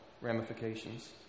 ramifications